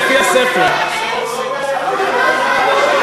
לא, הוא לא בא לפניכם.